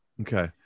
okay